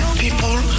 people